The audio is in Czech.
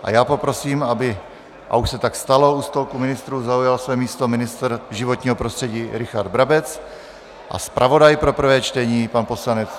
A já poprosím, aby a už se tak stalo u stolku ministrů zaujal své místo ministr životního prostředí Richard Brabec a zpravodaj pro prvé čtení pan poslanec...